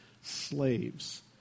slaves